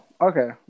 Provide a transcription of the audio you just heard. okay